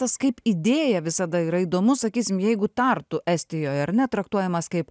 kaip idėja visada yra įdomus sakysim jeigu tartu estijoj ar ne traktuojamas kaip